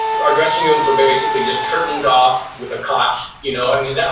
our dressing rooms were basically just curtained off with a cough. you know i mean,